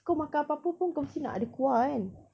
kau makan apa-apa pun kau mesti nak ada kuah kan